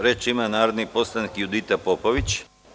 Reč ima narodni poslanik Judita Popović.